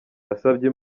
nasabye